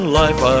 life